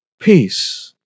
peace